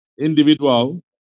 individual